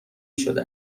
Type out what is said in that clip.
شده